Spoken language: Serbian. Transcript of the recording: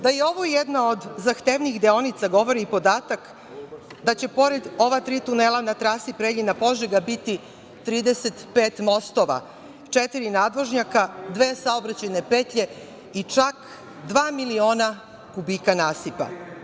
Da je ovo jedna od zahtevnijih deonica govori i podatak da će pored ova tri tunela na trasi Preljina – Požega biti 35 mostova, četiri nadvožnjaka, dve saobraćajne petlje i čak dva miliona kubika nasipa.